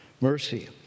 mercy